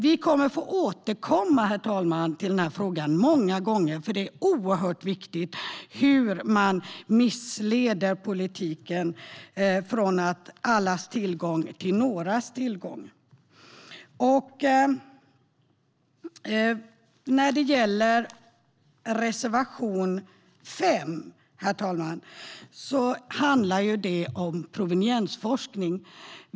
Vi kommer att få återkomma till den här frågan många gånger, herr talman, för det är oerhört viktigt att se hur man missleder politiken från allas tillgång till någras tillgång. Den andra delen, herr talman, är proveniensforskning. Reservation 5 gäller detta.